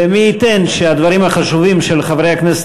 ומי ייתן שהדברים החשובים של חברי הכנסת